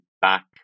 back